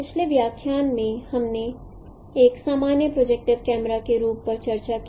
पिछले व्याख्यान में हमने एक सामान्य प्रोजेक्टिव कैमरा के रूप पर चर्चा की